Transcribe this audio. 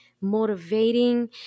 motivating